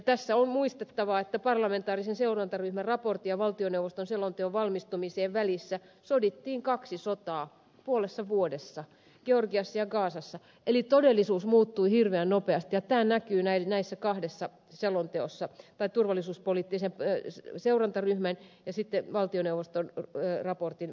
tässä on muistettava että parlamentaarisen seurantaryhmän raportin ja valtioneuvoston selonteon valmistumisen välissä sodittiin kaksi sotaa puolessa vuodessa georgiassa ja gazassa eli todellisuus muuttui hirveän nopeasti ja tämä näkyy turvallisuuspoliittisen seurantaryhmän ja valtioneuvoston raportin suhteissa